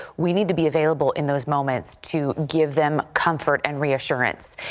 we need to be available in those moments to give them comfort and reassurance.